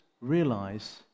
realize